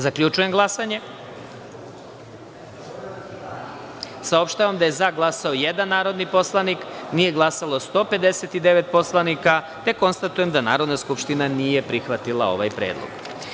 Zaključujem glasanje: za – jedan narodni poslanik, nije glasalo 159 poslanika, te konstatujem da Narodna skupština nije prihvatila ovaj predlog.